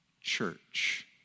church